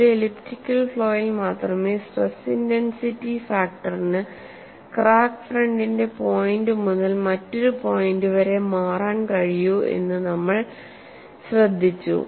ഒരു എലിപ്റ്റിക്കൽ ഫ്ലോയിൽ മാത്രമേ സ്ട്രെസ് ഇന്റൻസിറ്റി ഫാക്ടറിന് ക്രാക്ക് ഫ്രണ്ടിന്റെ ഒരു പോയിന്റ് മുതൽ മറ്റൊരു പോയിന്റ് വരെ മാറാൻ കഴിയൂ എന്ന് നമ്മൾ ശ്രദ്ധിച്ചു